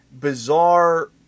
bizarre